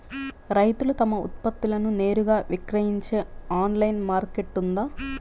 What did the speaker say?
రైతులు తమ ఉత్పత్తులను నేరుగా విక్రయించే ఆన్లైను మార్కెట్ ఉందా?